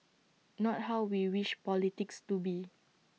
not how we wish politics to be